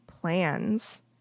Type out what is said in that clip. plans